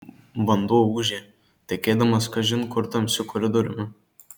vanduo ūžė tekėdamas kažin kur tamsiu koridoriumi